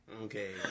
Okay